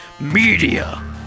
media